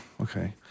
okay